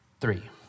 three